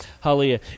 Hallelujah